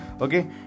okay